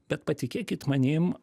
bet patikėkit manim